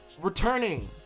returning